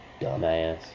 Dumbass